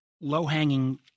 low-hanging